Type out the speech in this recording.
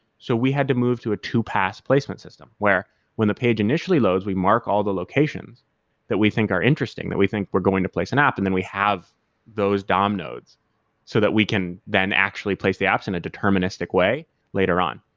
so we had to move to a two pass placement system, where when the page initially loads, we mark all the locations that we think are interesting, that we think we're going to place an app, and then we have those dom nodes so that we can then actually placed apps in a deterministic way later on.